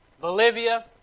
Bolivia